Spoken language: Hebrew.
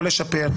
יכול לשפר.